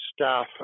staff